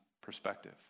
perspective